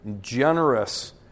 generous